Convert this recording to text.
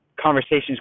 conversations